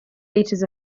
liters